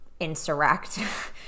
insurrect